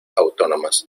autónomas